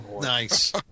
Nice